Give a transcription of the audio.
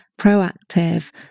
proactive